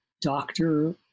doctor